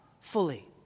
fully